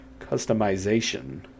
customization